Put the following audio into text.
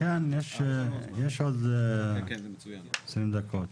יש עוד 20 דקות.